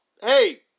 Hey